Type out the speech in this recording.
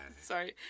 Sorry